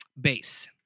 Base